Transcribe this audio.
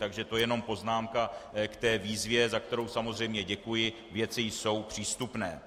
Takže to jenom poznámka k té výzvě, za kterou samozřejmě děkuji věci jsou přístupné.